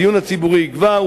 הדיון הציבורי יגבר,